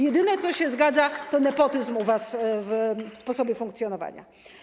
Jedyne, co się zgadza, to nepotyzm u was w sposobie funkcjonowania.